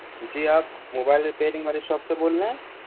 جی آپ mobile repairing والے shop سے بول رہے ہیں